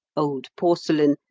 old porcelain,